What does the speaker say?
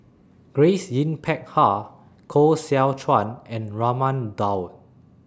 Grace Yin Peck Ha Koh Seow Chuan and Raman Daud